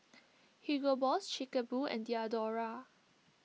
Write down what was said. Hugo Boss Chic A Boo and Diadora